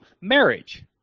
marriage